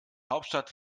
hauptstadt